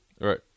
Right